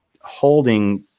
holding